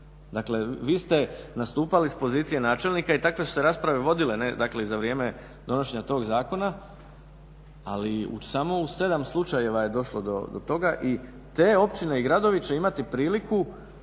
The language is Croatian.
Dakle, vi ste nastupali s pozicije načelnika i takve su se rasprave vodile, dakle za vrijeme donošenja tog zakona, ali samo u 7 slučajeva je došlo do toga i te općine i gradovi će imati priliku